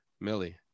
millie